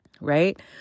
right